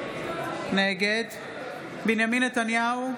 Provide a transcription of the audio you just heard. נגד בנימין נתניהו,